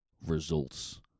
results